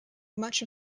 much